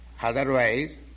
Otherwise